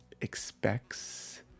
expects